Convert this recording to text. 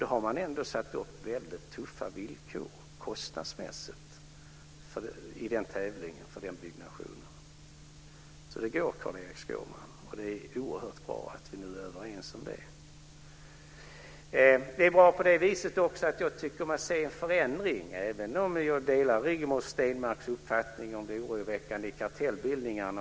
Då har man satt upp väldigt tuffa villkor kostnadsmässigt i den tävlingen för den byggnationen. Så det går, Carl-Erik Skårman, och det är oerhört bra att vi nu är överens om det. Det är bra på det viset också att jag tycker mig se en förändring, även om jag delar Rigmor Stenmarks uppfattning om det oroväckande i kartellbildningarna.